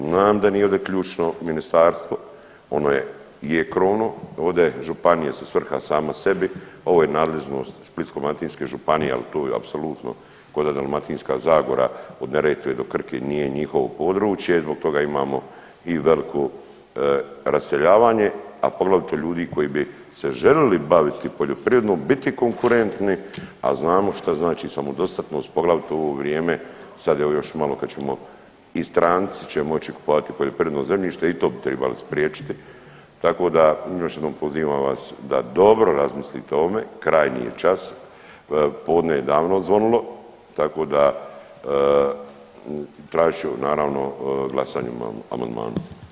Znam da nije ovdje ključno ministarstvo, ono je krovno, ovdje županije su svrha sama sebi, ovo je nadležnost Splitsko-dalmatinske županije, al to je apsolutno koda Dalmatinska zagora od Neretve do Krke nije njihovo područje, zbog toga imamo i veliko raseljavanje, a poglavito ljudi koji bi se želili baviti poljoprivredom, biti konkurentni, a znamo šta znači samodostatnost, poglavito u ovo vrijeme, sad evo još malo kad ćemo i stranci će moći kupovati poljoprivredno zemljište i to bi tribali spriječiti, tako da još jednom pozivam vas da dobro razmislite o ovome, krajnji je čas, podne je davno odzvonilo, tako da tražit ću naravno glasanje o ovom amandmanu.